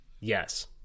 Yes